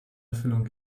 erfüllung